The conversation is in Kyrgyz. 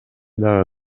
дагы